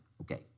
Okay